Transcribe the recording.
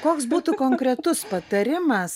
koks būtų konkretus patarimas